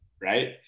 right